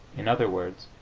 in other words,